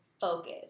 focus